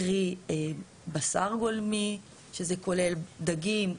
קרי בשר גולמי שזה כולל דגים,